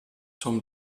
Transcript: tom